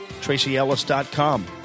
TracyEllis.com